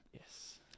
yes